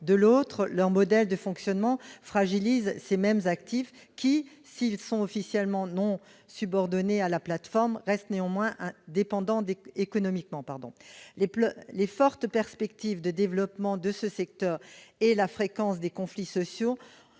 de l'autre, leur modèle de fonctionnement fragilise ces mêmes actifs, qui, s'ils sont officiellement non subordonnés à la plateforme, restent néanmoins dépendants économiquement. Les fortes perspectives de développement de ce secteur et la fréquence des conflits sociaux